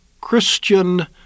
Christian